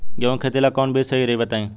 गेहूं के खेती ला कोवन बीज सही रही बताई?